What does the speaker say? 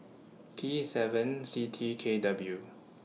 P seven C T K W